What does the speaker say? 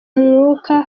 umwuka